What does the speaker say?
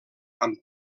amb